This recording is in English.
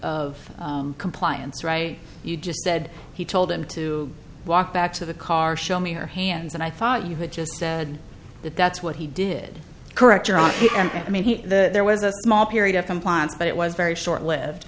of compliance right you just said he told him to walk back to the car show me her hands and i thought you had just said that that's what he did correct your honor and i mean he there was a small period of compliance but it was very short lived